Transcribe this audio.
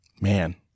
Man